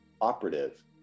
Operative